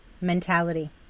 mentality